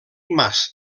mas